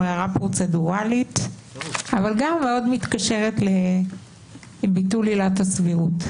הערה פרוצדורלית אבל גם מאוד מתקשרת עם ביטול עילת הסבירות.